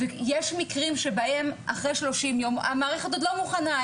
יש מקרים שבהם אחרי 30 יום המערכת עוד לא מוכנה,